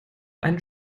einen